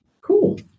Cool